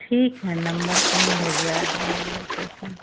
ठीक है नम्बर पर हम भिजवा देंगे लोकेशन